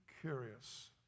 curious